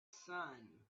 sun